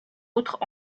autres